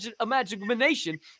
imagination